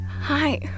Hi